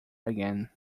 again